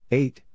eight